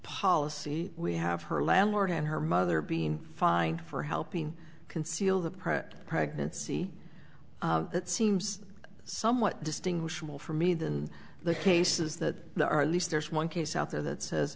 policy we have her landlord and her mother being fined for helping conceal the print pregnancy that seems somewhat distinguishable for me than the cases that are least there's one case out there that says